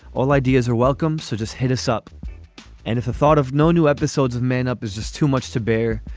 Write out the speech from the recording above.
all ideas are welcome. so just hit us up and if the thought of no new episodes of men up is just too much to bear.